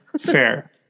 fair